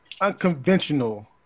unconventional